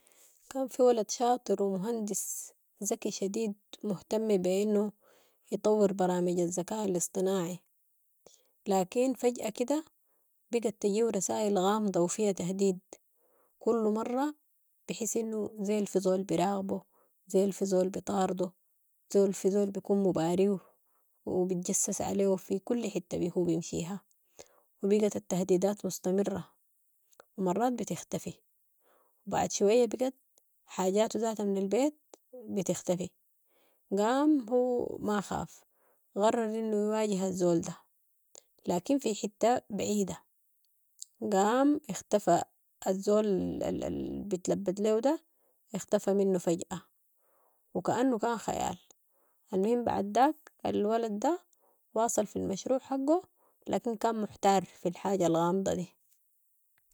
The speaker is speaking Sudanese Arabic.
كان في ولد شاطر و مهندس زكي شديد مهتمي بي انو يطور برامج الزكاء الاصطناعي، لكن فجاء كده بقت تجيهو رسائل غامضة و فيها تهديد، كل مرة بس زي الفي زول براقبو زي الفي زول بطاردو زي الفي زول بكون مباريهو و بتجسس عليهو في كل حتة هو بمشيها وبقت التهديدات مستمرة و مرات بتختفي و بعد شوية بقت حاجاتو زاتها من البيت بتختفي. قام هو ما خاف قرر انو يواجه الزول ده لكن في حتة بعيدة قام اختفى الزول - بتلبد ليهو ده اختفى منو فجاة و كانو كان خيال، المهم بعداك الولد ده واصل في المشروع حقو لكن كان محتار في الحاجة الغامضة دي